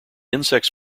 insects